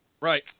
Right